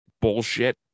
bullshit